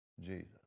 Jesus